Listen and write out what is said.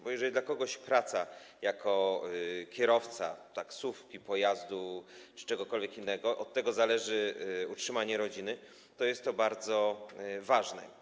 Bo jeżeli ktoś pracuje jako kierowca taksówki, pojazdu czy czegokolwiek innego i od tego zależy utrzymanie jego rodziny, to jest to bardzo ważne.